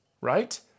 right